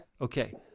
Okay